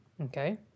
Okay